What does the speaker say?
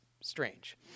strange